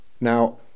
Now